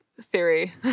theory